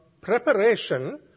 preparation